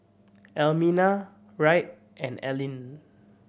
Almina Wright and Allyn